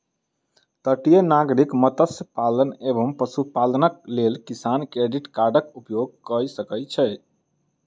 तटीय नागरिक मत्स्य पालन एवं पशुपालनक लेल किसान क्रेडिट कार्डक उपयोग कय सकै छै